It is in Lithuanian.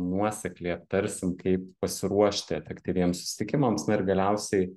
nuosekliai aptarsim kaip pasiruošti efektyviems susitikimams na ir galiausiai